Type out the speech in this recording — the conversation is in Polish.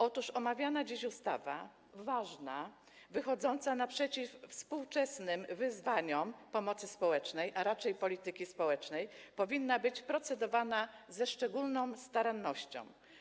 Otóż omawiana dziś ustawa, ważna, wychodząca naprzeciw współczesnym wyzwaniom pomocy społecznej, a raczej polityki społecznej, powinna być procedowana ze szczególną starannością.